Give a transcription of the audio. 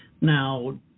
now